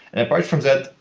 apart from that,